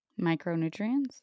Micronutrients